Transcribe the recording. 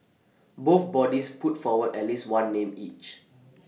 both bodies put forward at least one name each